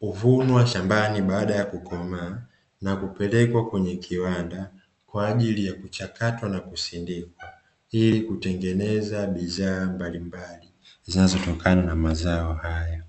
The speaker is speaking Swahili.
huvunwa shambani baada ya kukomaa na kupelekwa kwenye kiwanda kwa ajili ya kuchakatwa na kusindikwa ili kutengeneza bidhaa mbalimbali zinazotokana na mazao haya.